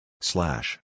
slash